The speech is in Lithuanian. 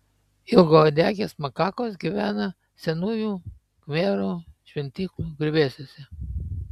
ilgauodegės makakos gyvena senųjų khmerų šventyklų griuvėsiuose